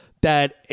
that-